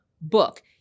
book